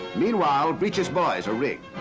meanwhile, britches boys are rigged.